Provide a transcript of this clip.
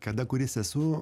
kada kuris esu